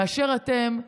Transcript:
כאשר אתם,